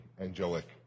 angelic